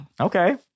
Okay